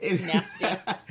Nasty